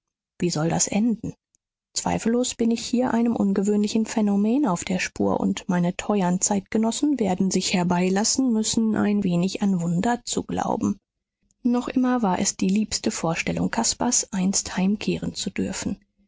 wie soll das enden zweifellos bin ich hier einem ungewöhnlichen phänomen auf der spur und meine teuern zeitgenossen werden sich herbeilassen müssen ein wenig an wunder zu glauben noch immer war es die liebste vorstellung caspars einst heimkehren zu dürfen